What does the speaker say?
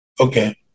Okay